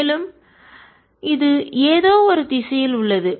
மேலும் இது ஏதோ ஒரு திசையில் உள்ளது